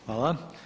Hvala.